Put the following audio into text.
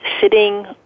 sitting